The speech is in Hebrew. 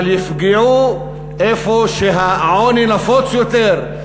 אבל יפגעו איפה שהעוני נפוץ יותר,